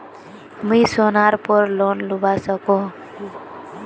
मुई सोनार पोर लोन लुबा सकोहो ही?